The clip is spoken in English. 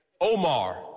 Omar